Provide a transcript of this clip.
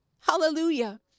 Hallelujah